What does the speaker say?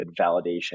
validation